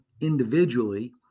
individually